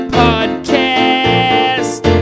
podcast